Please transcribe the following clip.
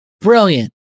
brilliant